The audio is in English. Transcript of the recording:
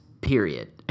period